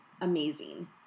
amazing